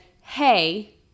hey